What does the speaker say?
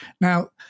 Now